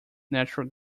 natural